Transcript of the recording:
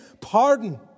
pardon